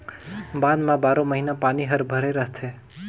बांध म बारो महिना पानी हर भरे रथे